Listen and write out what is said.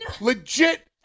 Legit